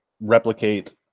replicate